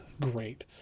great